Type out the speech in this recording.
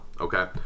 okay